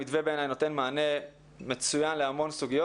המתווה בעיניי נותן מענה מצוין להמון סוגיות